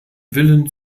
willen